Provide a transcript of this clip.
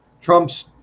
Trump's